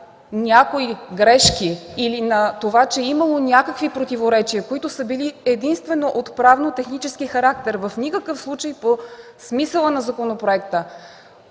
някои грешки или на това, че имало някакви противоречия, които са били единствено от правно-технически характер, в никакъв случай по смисъла на законопроекта,